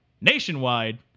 nationwide